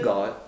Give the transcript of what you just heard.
God